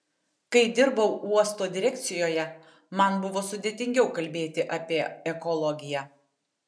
kai dirbau uosto direkcijoje man buvo sudėtingiau kalbėti apie ekologiją